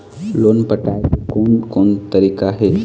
Loan पटाए के कोन कोन तरीका हे?